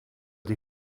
die